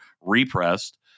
repressed